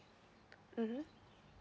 mmhmm